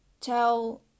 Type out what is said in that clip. tell